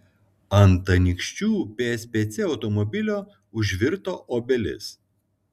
ant anykščių pspc automobilio užvirto obelis